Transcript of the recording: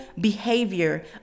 behavior